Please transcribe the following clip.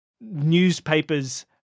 newspaper's